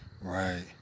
Right